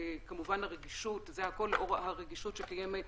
זה הכול לאור הרגישות שקיימת